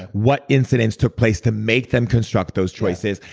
what incidents took place to make them construct those choices.